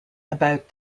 about